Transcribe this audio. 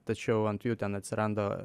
tačiau ant jų ten atsiranda